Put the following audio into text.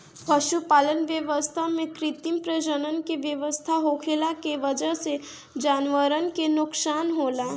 पशुपालन व्यवस्था में कृत्रिम प्रजनन क व्यवस्था होखला के वजह से जानवरन क नोकसान होला